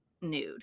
nude